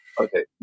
Okay